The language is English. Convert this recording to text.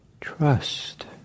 trust